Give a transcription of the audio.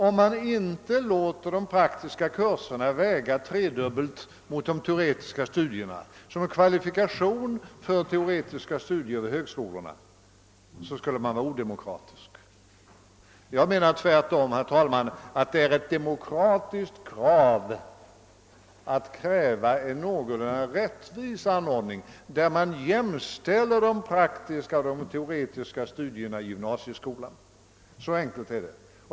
Om man inte låter de praktiska kurserna väga tredubbelt mot de teoretiska studierna som kvalifikation för teoretiska studier vid högskolorna skulle man vara odemokratisk. Jag menar att det tvärtom är demokratiskt att kräva en någorlunda rättvis anordning, där man jämställer de praktiska och teoretiska studierna i gymnasieskolan. Så enkelt är det.